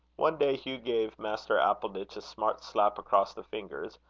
one day hugh gave master appleditch a smart slap across the fingers,